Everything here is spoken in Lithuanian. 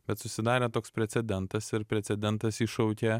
bet susidarė toks precedentas ir precedentas iššaukė